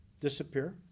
Disappear